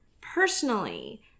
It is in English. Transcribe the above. Personally